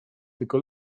tylko